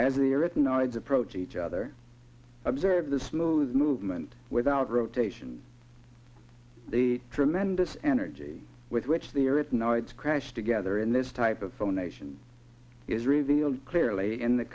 ides approach each other observe the smooth movement without rotation the tremendous energy with which the earth now its crash together in this type of phone nation is revealed clearly in the